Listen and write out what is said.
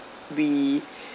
we